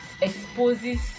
exposes